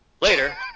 Later